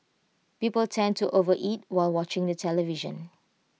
people tend to overeat while watching the television